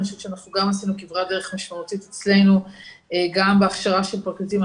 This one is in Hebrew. אני חושבת שאנחנו גם עשינו כברת דרך משמעותית אצלנו בהכשרה של פרקליטים.